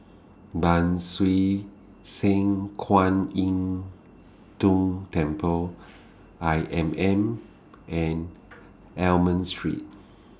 Ban Siew San Kuan Im Tng Temple I M M and Almond Street